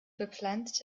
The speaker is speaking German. bepflanzt